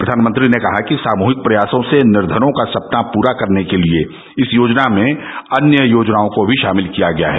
प्रधानमंत्री ने कहा कि सामूहिक प्रयासों से निर्धनों का सपना पूरा करने के लिए इस योजना में अन्य योजनाओं को भी शामिल किया गया है